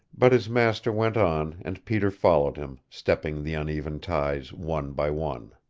but his master went on and peter followed him, stepping the uneven ties one by one.